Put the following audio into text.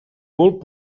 molt